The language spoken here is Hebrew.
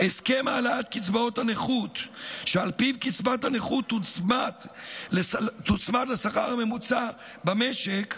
ההסכם להעלאת קצבאות הנכות שעל פיו קצבת הנכות תוצמד לשכר הממוצע במשק,